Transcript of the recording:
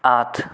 আঠ